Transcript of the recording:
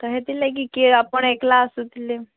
ତ ହେତିର୍ ଲାଗି କିଏ ଆପଣ ଏକ୍ଲା ଆସୁଥିଲେ